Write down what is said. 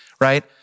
right